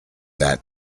that